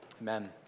Amen